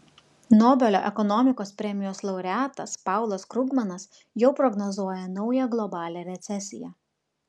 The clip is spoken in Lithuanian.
nobelio ekonomikos premijos laureatas paulas krugmanas jau prognozuoja naują globalią recesiją